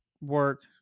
work